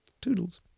toodles